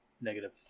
negative